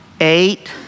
Eight